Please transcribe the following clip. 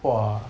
!wah!